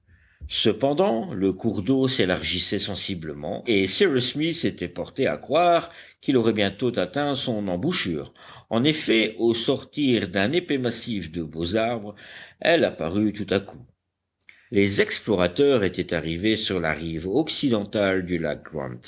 cependant le cours d'eau s'élargissait sensiblement et cyrus smith était porté à croire qu'il aurait bientôt atteint son embouchure en effet au sortir d'un épais massif de beaux arbres elle apparut tout à coup les explorateurs étaient arrivés sur la rive occidentale du lac